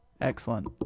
Excellent